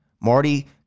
Marty